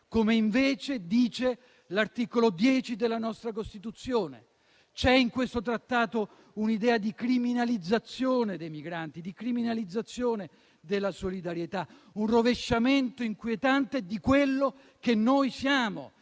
come invece dice l'articolo 10 della nostra Costituzione. In questo trattato c'è un'idea di criminalizzazione dei migranti, di criminalizzazione della solidarietà. Un rovesciamento inquietante di quello che noi siamo,